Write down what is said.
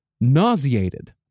nauseated